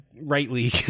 rightly